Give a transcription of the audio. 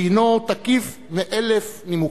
שהינו תקיף מאלף נימוקים."